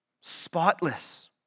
spotless